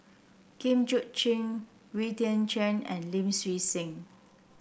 Jit Koon Ch'ng Wee Tian Siak and Lim Swee Say